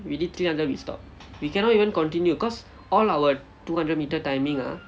we did three hundred we stopped we cannot even continue cause all our two hundred meter timing ah